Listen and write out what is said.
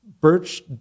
Birch